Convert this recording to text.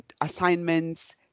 assignments